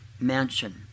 mansion